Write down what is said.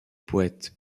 poète